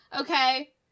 Okay